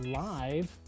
live